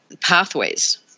pathways